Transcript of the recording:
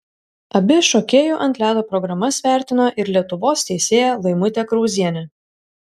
abi šokėjų ant ledo programas vertino ir lietuvos teisėja laimutė krauzienė